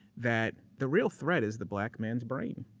that the real threat is the black man's brain.